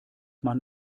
man